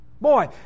Boy